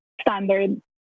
standard